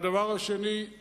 הדבר השני הוא